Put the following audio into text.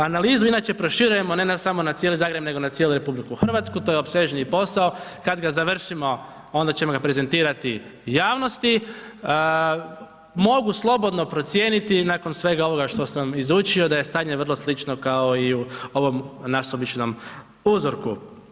Analizi inače proširujemo, ne samo na cijeli Zagreb, nego na cijelu RH, to je opsežniji posao, kad ga završimo onda ćemo ga prezentirati javnosti, mogu slobodno procijeniti nakon svega ovoga što sam izučio da je stanje vrlo slično kao i u ovom nasumičnom uzorku.